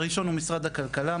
הראשון הוא משרד הכלכלה,